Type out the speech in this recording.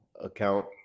account